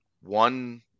one